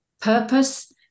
purpose